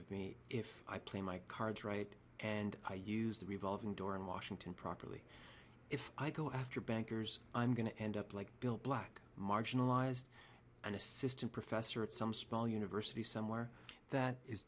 of me if i play my cards right and i use the revolving door in washington properly if i go after bankers i'm going to end up like bill black marginalized and assistant professor at some small university somewhere that is